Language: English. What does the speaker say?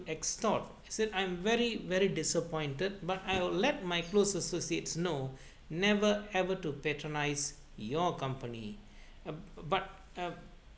extort said I'm very very disappointed but I'll let my close associates know never ever to patronise your company uh but uh